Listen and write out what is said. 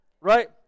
right